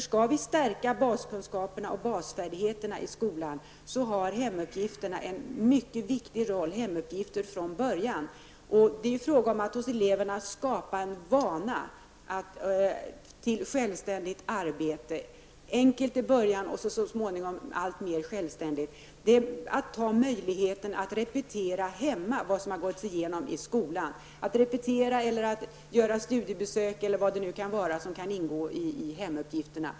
Skall vi stärka baskunskapernas och basfärdigheternas roll i skolan, har hemuppgifter från början en mycket viktig roll. Det är fråga om att hos eleverna skapa en vana till självständigt arbete, enkelt i början och så småningom alltmer självständigt. Eleverna skall ha möjlighet att repetera hemma det som har gåtts igenom i skolan, göra studiebesök eller vad det kan vara som kan ingå i hemuppgifterna.